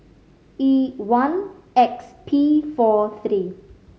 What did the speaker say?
E one X P four three